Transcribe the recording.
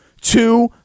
two